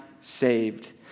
saved